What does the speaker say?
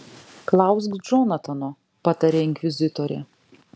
klausk džonatano patarė inkvizitorė